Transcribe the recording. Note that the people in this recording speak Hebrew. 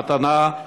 מתנה,